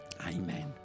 Amen